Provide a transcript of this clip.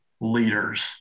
leaders